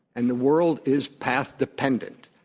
and the world is path-dependent,